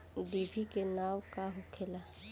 डिभी के नाव का होखेला?